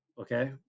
okay